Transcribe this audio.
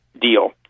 deal